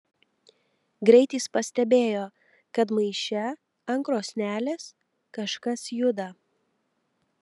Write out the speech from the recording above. greit jis pastebėjo kad maiše ant krosnelės kažkas juda